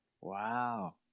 wow